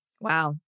Wow